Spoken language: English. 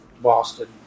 Boston